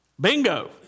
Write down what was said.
Bingo